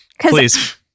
Please